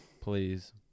Please